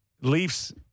Leafs